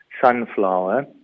sunflower